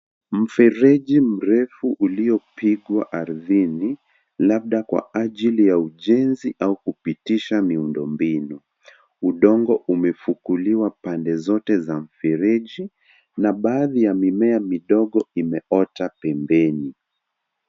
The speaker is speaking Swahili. Mfereji mrefu uliopigwa ardhini, labda kwa ajili ya ujenzi au kupitisha miundombinu . Udongo umefukuliwa pande zote za mfereji, na baadhi ya mimea midogo imeota pembeni.